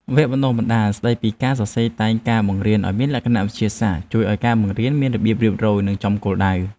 វគ្គបណ្តុះបណ្តាលស្តីពីការសរសេរកិច្ចតែងការបង្រៀនឱ្យមានលក្ខណៈវិទ្យាសាស្ត្រជួយឱ្យការបង្រៀនមានរបៀបរៀបរយនិងចំគោលដៅ។